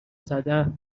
زدن